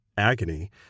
agony